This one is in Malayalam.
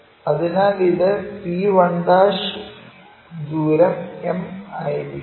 അതിനാൽ ഇത് p1' ദൂരം m ആയിരിക്കും